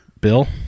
Bill